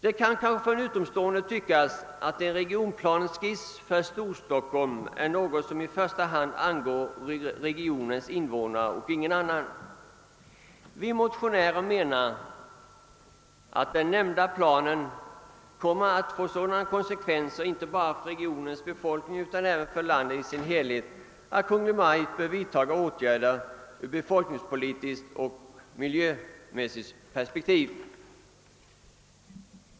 Det kan kanske för en utomstående tyckas att en regionplaneskiss för Storstockholm är något som i första hand angår regionens invånare och ingen annan. Vi motionärer menar att den nämnda planen kommer att få sådana konsekvenser inte bara för regionens befolkning utan även för landet i sin helhet att Kungl. Maj:t bör vidtaga åtgärder med befolkningspolitiskt och miljömässigt perspektiv.